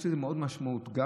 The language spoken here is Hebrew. ויש לזה משמעות רבה,